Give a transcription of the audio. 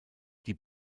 die